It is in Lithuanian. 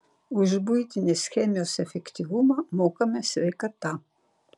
už buitinės chemijos efektyvumą mokame sveikata